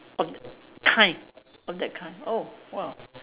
of kind of that kind oh !wah!